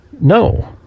No